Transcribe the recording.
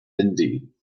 indeed